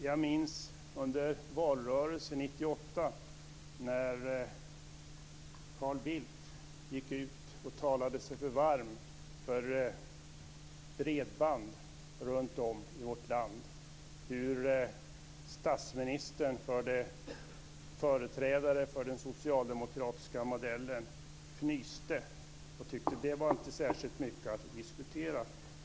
Jag minns valrörelsen 1998 när Carl Bildt talade sig varm för bredband runtom i vårt land. Statsministern och företrädare för den socialdemokratiska modellen fnyste då och tyckte att det inte var särskilt mycket att diskutera.